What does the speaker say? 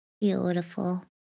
Beautiful